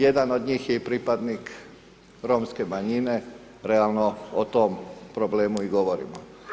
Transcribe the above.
Jedan od njih je i pripadnik romske manjine, realno, o tome problemu i govorimo.